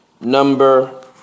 number